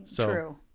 True